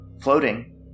Floating